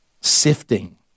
sifting